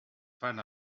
fan